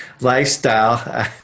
lifestyle